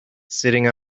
sitting